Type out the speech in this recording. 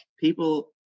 people